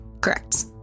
Correct